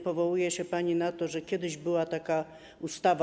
Powołuje się pani na to, że kiedyś była taka ustawa.